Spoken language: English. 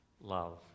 Love